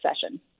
session